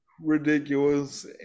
ridiculous